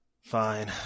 Fine